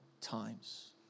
times